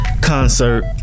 concert